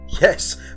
Yes